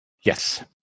Yes